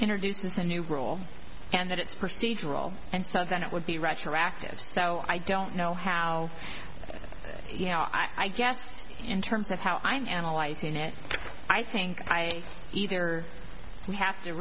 introduces a new role and that it's procedural and so that it would be retroactive so i don't know how you know i guess in terms of how i'm analyzing it i think i either we have to